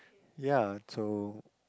ya so